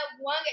one